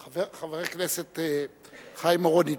חבר הכנסת חיים אורון,